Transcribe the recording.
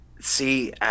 See